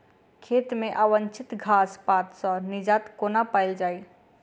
खेत मे अवांछित घास पात सऽ निजात कोना पाइल जाइ?